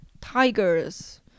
tigers